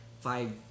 five